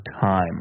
time